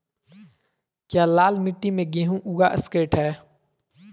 क्या लाल मिट्टी में गेंहु उगा स्केट है?